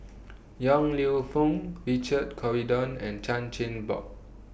Yong Lew Foong Richard Corridon and Chan Chin Bock